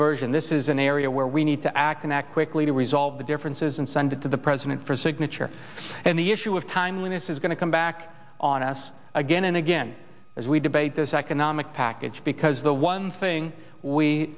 version this is an area where we need to act and act quickly to resolve the differences and send it to the president for signature and the issue of timeliness is going to come back on us again and again as we debate this economic package because the one thing we